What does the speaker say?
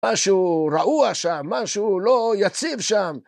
משהו רעוע שם, משהו לא יציב שם.